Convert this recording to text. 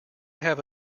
have